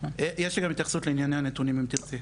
יש לי גם התייחסות לענייני הנתונים, אם תרצי.